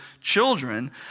children